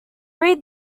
read